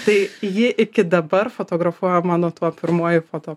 tai ji iki dabar fotografuoja mano tuo pirmuoju foto